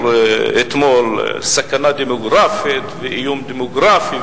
אתמול סכנה דמוגרפית ואיום דמוגרפי,